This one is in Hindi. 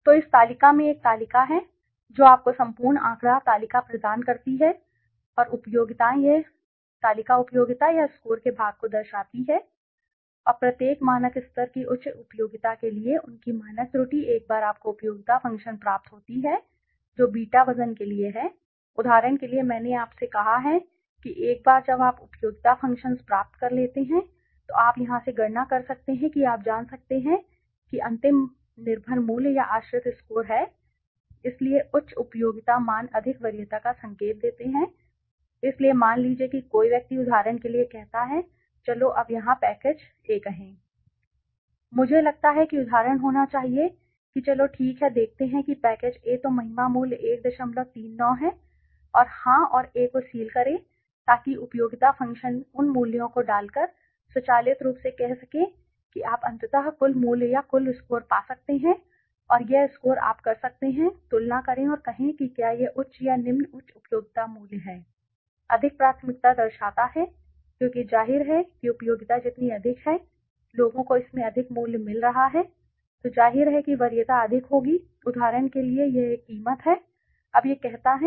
तो इस तालिका में एक तालिका है जो आपको संपूर्ण आँकड़ा तालिका प्रदान करती है और उपयोगिताएँ यह तालिका उपयोगिता या स्कोर के भाग को दर्शाती है और प्रत्येक मानक स्तर की उच्च उपयोगिता के लिए उनकी मानक त्रुटि एक बार आपको उपयोगिता फ़ंक्शन प्राप्त होती है जो बीटा वज़न के लिए हैं उदाहरण के लिए मैंने आपसे कहा है कि एक बार जब आप उपयोगिता फ़ंक्शंस प्राप्त कर लेते हैं तो आप यहाँ से गणना कर सकते हैं कि आप जान सकते हैं कि अंतिम निर्भर मूल्य या आश्रित स्कोर सही है इसलिए उच्च उपयोगिता मान अधिक वरीयता का संकेत देते हैं इसलिए मान लीजिए कि कोई व्यक्ति उदाहरण के लिए कहता है कि चलो अब यहाँ पैकेज ए कहें मुझे लगता है कि उदाहरण होना चाहिए कि चलो ठीक है देखते हैं कि पैकेज ए तो महिमा मूल्य 139 है और हाँ और ए को सील करें ताकि उपयोगिता फ़ंक्शन के उन मूल्यों को डालकर स्वचालित रूप से कह सकें कि आप अंततः कुल मूल्य या कुल स्कोर पा सकते हैं और यह स्कोर आप कर सकते हैं तुलना करें और कहें कि क्या यह उच्च या निम्न उच्च उपयोगिता मूल्य है अधिक प्राथमिकता दर्शाता है क्योंकि जाहिर है कि उपयोगिता जितनी अधिक है कि लोगों को इसमें अधिक मूल्य मिल रहा है तो जाहिर है कि वरीयता अधिक होगी उदाहरण के लिए यह एक कीमत है अब यह कहता है